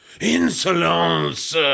Insolence